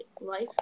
Life